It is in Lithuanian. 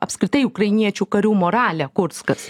apskritai ukrainiečių karių moralę kurskas